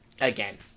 again